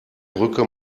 brücke